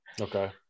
Okay